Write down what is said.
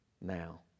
now